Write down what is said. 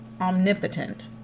omnipotent